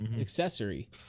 accessory